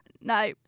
no